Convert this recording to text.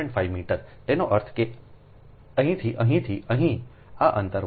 5 મીટરતેનો અર્થ એ કે અહીંથી અહીંથી અહીં આ અંતર 1